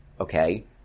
Okay